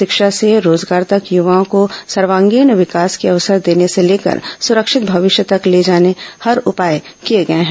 शिक्षा से रोजगार तक युवाओं को सर्वागीण विकास के अवसर देने से लेकर सुरक्षित भविष्य तक ले जाने हर उपाये किए गए हैं